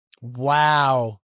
Wow